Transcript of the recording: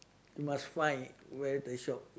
you must find where the shop